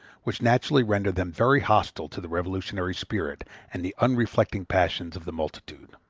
which naturally render them very hostile to the revolutionary spirit and the unreflecting passions of the multitude.